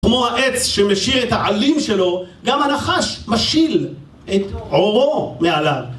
כמו העץ שמשיר את העלים שלו, גם הנחש משיל את עורו מעליו.